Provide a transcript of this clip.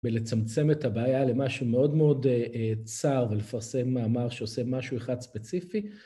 ולצמצם את הבעיה למשהו מאוד מאוד צר ולפרסם מאמר שעושה משהו אחד ספציפי